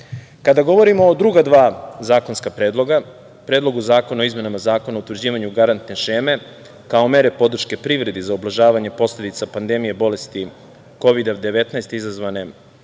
govorimo o druga dva zakonska predloga – Predlogu zakona o izmenama Zakona o utvrđivanju garantne šeme, kao mere podrške privredi za ublažavanje posledica pandemija bolesti Kovida-19 izazvane